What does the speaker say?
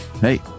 Hey